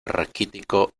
raquítico